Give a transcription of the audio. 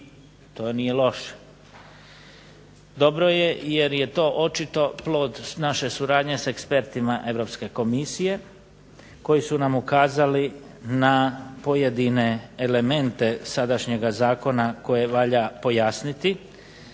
to nije loše. Dobro je jer je to očito plod naše suradnje s ekspertima Europske Komisije, koji su nam ukazali na pojedine elemente sadašnjega zakona koje valja pojasniti,